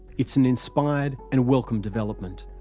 it's an inspired and welcome development.